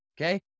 Okay